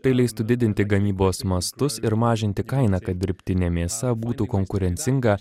tai leistų didinti gamybos mastus ir mažinti kainą kad dirbtinė mėsa būtų konkurencinga